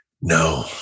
No